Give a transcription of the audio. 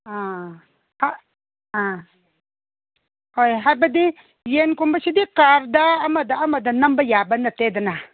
ꯑ ꯑ ꯍꯣꯏ ꯍꯥꯏꯕꯗꯤ ꯌꯦꯟꯒꯨꯝꯕꯁꯤꯗꯤ ꯀꯥꯔꯗ ꯑꯃꯗ ꯑꯃꯗ ꯅꯝꯕ ꯌꯥꯕ ꯅꯠꯇꯦꯗꯅ